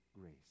grace